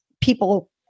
people